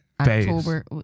October